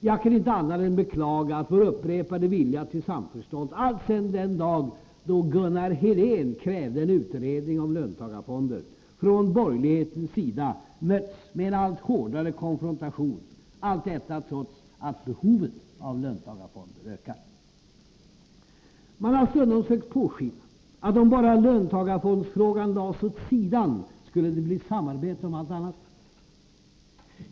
Jag kan inte annat än beklaga att vår vid upprepade tillfällen visade vilja till samförstånd, alltsedan den dag då Gunnar Helén krävde en utredning om löntagarfonder, från borgerlighetens sida mötts med en allt hårdare konfrontation — detta trots att behovet av löntagarfonder ökat. Man har stundom sökt påskina att om bara löntagarfondsfrågan lades åt sidan, skulle det bli samarbete om allt annat.